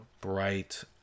bright